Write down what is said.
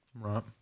Right